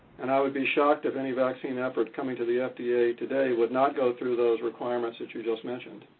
and i would be shocked if any vaccine effort coming to the ah fda today would not go through those requirements that you just mentioned.